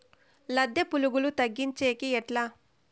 లద్దె పులుగులు తగ్గించేకి ఎట్లా?